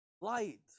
light